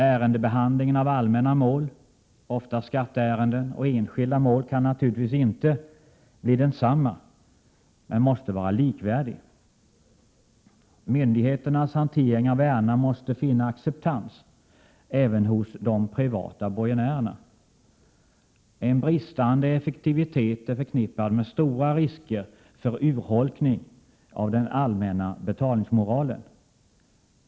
Ärendebehandlingen av allmänna mål, oftast skatteärenden och enskilda mål, kan naturligtvis inte bli densamma men måste vara likvärdig. Myndigheternas hantering av ärendena måste finna acceptans även hos de privata borgenärerna. Brist på effektivitet är förknippad med stora risker för urholkning av den allmänna betalningsmoralen.